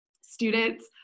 students